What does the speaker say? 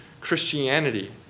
Christianity